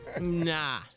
Nah